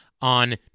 on